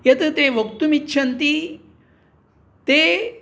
यत् ते वक्तुमिच्छन्ति ते